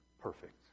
perfect